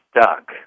stuck